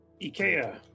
Ikea